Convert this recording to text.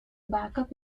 backup